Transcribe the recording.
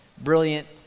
brilliant